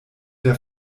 der